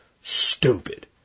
stupid